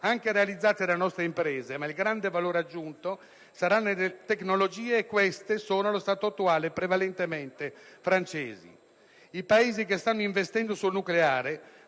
essere realizzate da nostre imprese, ma il grande valore aggiunto sarà nelle tecnologie, e queste, allo stato attuale, sono prevalentemente francesi. I Paesi che stanno investendo nel nucleare